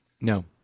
No